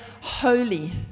holy